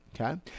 Okay